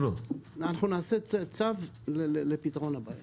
אנחנו נתקין צו לפתרון הבעיה.